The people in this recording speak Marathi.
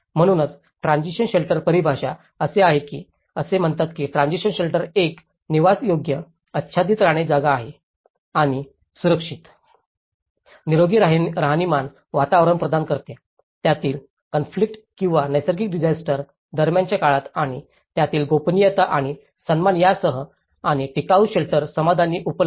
म्हणूनच ट्रान्सिशन शेल्टर परिभाषा असे आहे की असे म्हणतात की ट्रान्सिशन शेल्टर एक निवासयोग्य आच्छादित राहण्याची जागा आणि सुरक्षित निरोगी राहणीमान वातावरण प्रदान करते त्यातील कॉन्फ्लिक्ट किंवा नैसर्गिक डिसास्टर दरम्यानच्या काळात आणि त्यातील गोपनीयता आणि सन्मान यासह आणि टिकाऊ शेल्टर समाधानाची उपलब्धि